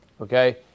Okay